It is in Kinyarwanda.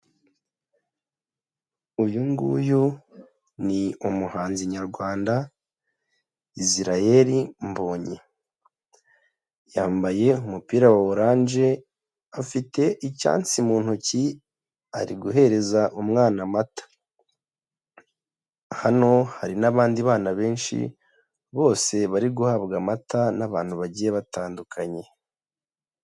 Uyu nguyu ni umuhanzi nyarwanda israel mbonyi, yambaye umupira wa orange afite icyansi mu ntoki ari guhereza umwana amata. Hano hari n'abandi bana benshi bose bari guhabwa amata n'abantu bagiye batandukanye.